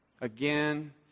again